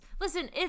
Listen